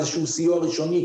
איזשהו סיוע ראשוני,